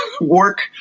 work